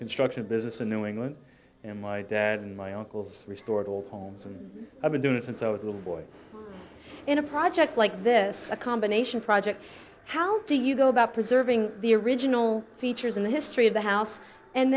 construction business in new england and my dad and my uncles restored old homes and i've been doing it since i was a little boy in a project like this a combination project how do you go about preserving the original features in the history of the house and